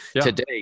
today